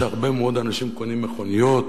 שהרבה מאוד אנשים קונים מכוניות,